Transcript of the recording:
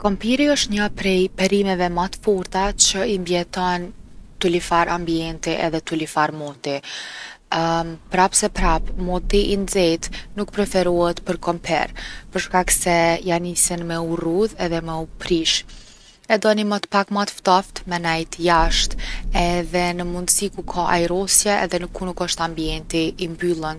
Kompiri osht njo prej perimeve ma t’forta qe i mbijeton tulifar ambienti e tulifar moti. prap se prap moti i nxet nuk preferohet për kompir për shkak se ja nisin me u rrudh e me u prish. E don ni mot pak ma t’ftoft me nejt jashtë edhe n’mundsi ku ka ajrosje edhe ku nuk osht ambienti i mbyllun.